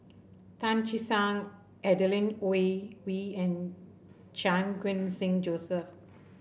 Tan Che Sang Adeline Ooi and Chan Khun Sing Joseph